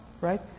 right